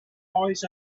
always